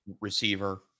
receiver